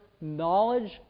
knowledge